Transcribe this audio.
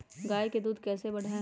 गाय का दूध कैसे बढ़ाये?